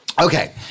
okay